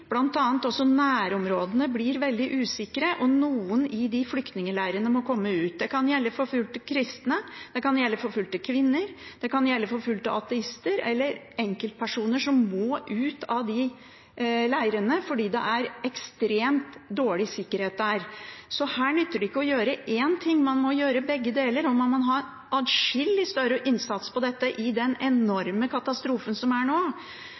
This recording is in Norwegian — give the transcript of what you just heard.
nærområdene er veldig usikre og noen i de flyktningleirene må komme ut. Det kan gjelde forfulgte kristne, det kan gjelde forfulgte kvinner, det kan gjelde forfulgte ateister eller enkeltpersoner, som må ut av de leirene fordi det er ekstremt dårlig sikkerhet der. Her nytter det ikke å gjøre én ting. Man må gjøre begge deler. Man må ha en atskillig større innsats i den enorme katastrofen som er nå.